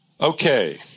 Okay